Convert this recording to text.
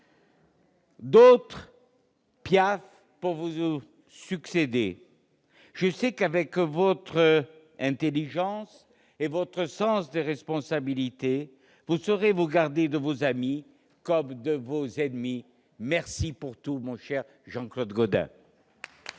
D'autres piaffent pour vous succéder ; je sais qu'avec votre intelligence et votre sens des responsabilités, vous saurez vous garder de vos amis comme de vos ennemis. Merci pour tout, cher Jean-Claude Gaudin